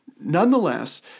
Nonetheless